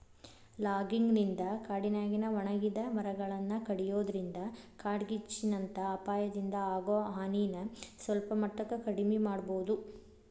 logging ನಿಂದ ಕಾಡಿನ್ಯಾಗಿನ ಒಣಗಿದ ಮರಗಳನ್ನ ಕಡಿಯೋದ್ರಿಂದ ಕಾಡ್ಗಿಚ್ಚಿನಂತ ಅಪಾಯದಿಂದ ಆಗೋ ಹಾನಿನ ಸಲ್ಪಮಟ್ಟಕ್ಕ ಕಡಿಮಿ ಮಾಡಬೋದು